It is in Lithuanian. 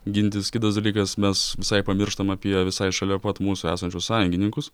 gintis kitas dalykas mes visai pamirštam apie visai šalia pat mūsų esančius sąjungininkus